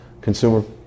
consumer